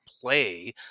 play –